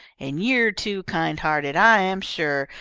and you're too kind-hearted, i am sure,